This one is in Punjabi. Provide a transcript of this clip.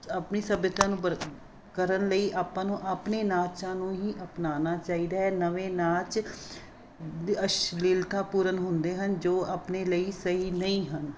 ਆਪਣੀ ਸੱਭਿਅਤਾ ਨੂੰ ਬਰ ਕਰਨ ਲਈ ਆਪਾਂ ਨੂੰ ਆਪਣੇ ਨਾਚਾਂ ਨੂੰ ਹੀ ਅਪਨਾਉਣਾ ਚਾਹੀਦਾ ਹੈ ਨਵੇਂ ਨਾਚ ਦੇ ਅਸ਼ਲੀਲਤਾ ਪੂਰਨ ਹੁੰਦੇ ਹਨ ਜੋ ਆਪਣੇ ਲਈ ਸਹੀ ਨਹੀਂ ਹਨ